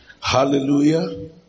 Hallelujah